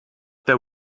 there